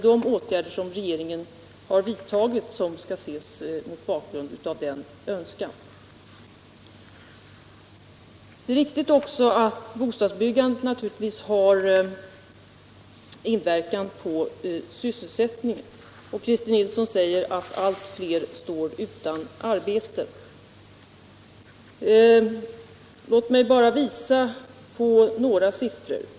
De åtgärder som regeringen har vidtagit skall ses mot den bakgrunden. Sedan är det naturligtvis riktigt att bostadsbyggandet inverkar på sys selsättningen. Christer Nilsson säger att allt fler byggnadsarbetare nu blir utan arbete. Låt mig då visa på några siffror.